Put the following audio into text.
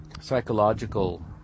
psychological